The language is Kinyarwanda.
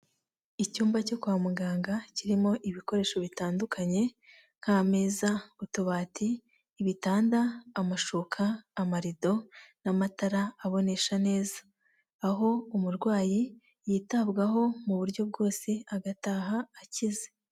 Icyumba cyo kwa muganga kirimo ibikoresho bitandukanye; nk'ameza, utubati, ibitanda, amashuka, amarido n'amatara abonesha neza, aho umurwayi yitabwaho mu buryo bwose agataha akize.